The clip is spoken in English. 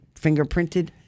fingerprinted